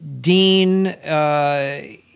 Dean